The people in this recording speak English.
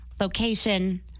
location